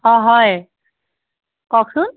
অঁ হয় কওকচোন